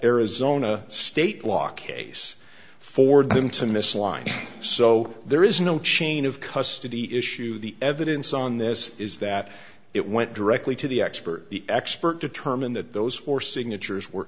arizona state law case forward them to misalign so there is no chain of custody issue the evidence on this is that it went directly to the expert the expert determined that those four signatures were